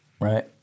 Right